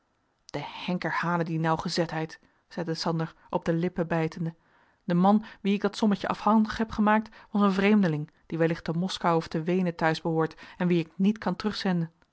de henker hale die nauwgezetheid zeide sander op de lippen bijtende de man wien ik dat sommetje afhandig heb gemaakt was een vreemdeling die wellicht te moskou of te weenen te huis behoort en wien ik het niet kan terugzenden